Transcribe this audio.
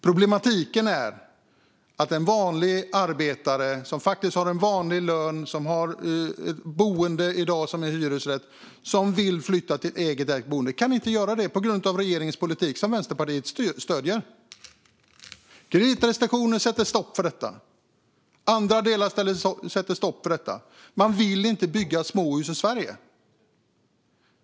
Problemet är att en vanlig arbetare som har en vanlig lön och ett boende som är en hyresrätt och som vill flytta till ett egenägt boende inte kan göra det på grund av regeringens politik, som Vänsterpartiet stöder. Kreditrestriktioner sätter stopp för det. Andra delar sätter stopp för det. Man vill inte bygga småhus i Sverige.